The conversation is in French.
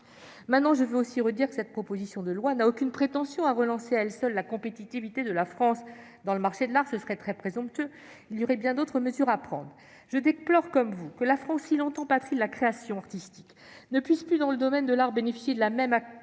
concentration du marché. Cette proposition de loi n'a aucune prétention à relancer à elle seule la compétitivité de la France sur le marché de l'art, ce serait très présomptueux. Il y aurait bien d'autres mesures à prendre. Je déplore, comme vous, mes chers collègues, que la France, si longtemps patrie de la création artistique, ne puisse plus dans le domaine de l'art bénéficier de la même activité